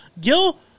Gil